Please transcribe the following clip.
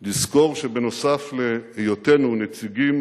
לזכור שבנוסף להיותנו נציגים